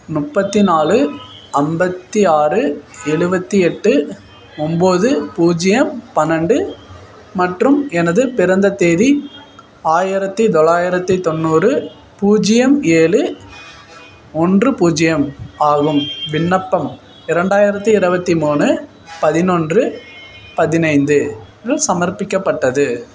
முப்பத்தி நாலு ஐம்பத்தி ஆறு எழுவத்தி எட்டு ஒம்பது பூஜ்ஜியம் பன்னெண்டு மற்றும் எனது பிறந்த தேதி ஆயிரத்தி தொள்ளாயிரத்தி தொண்ணூறு பூஜ்ஜியம் ஏழு ஒன்று பூஜ்ஜியம் ஆகும் விண்ணப்பம் இரண்டாயிரத்தி இருபத்தி மூணு பதினொன்று பதினைந்து லுல் சமர்ப்பிக்கப்பட்டது